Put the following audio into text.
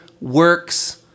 works